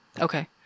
Okay